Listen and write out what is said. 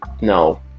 no